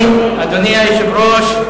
אדוני היושב-ראש,